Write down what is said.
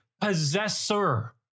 possessor